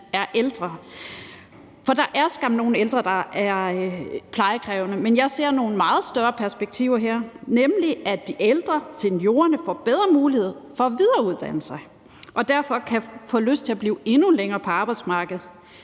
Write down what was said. er ældre. Der er skam nogle ældre, der er plejekrævende, men jeg ser nogle meget større perspektiver her, nemlig at de ældre, seniorerne, får bedre mulighed for at videreuddanne sig og derfor kan få lyst til at blive endnu længere på arbejdsmarkedet.